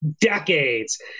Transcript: decades